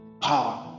power